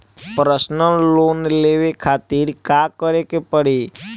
Personal loan लेवे खातिर का करे के पड़ी?